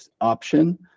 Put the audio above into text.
option